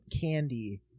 candy